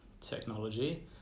technology